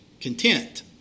content